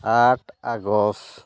ᱟᱴ August